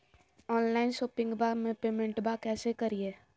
Online शोपिंगबा में पेमेंटबा कैसे करिए?